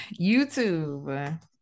youtube